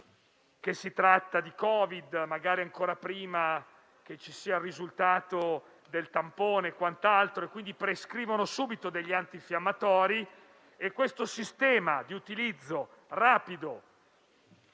che si tratta di Covid, magari ancora prima del risultato del tampone e, quindi, prescrivono subito degli antinfiammatori. E questo sistema di utilizzo rapido